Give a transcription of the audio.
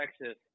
Texas